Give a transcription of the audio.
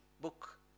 book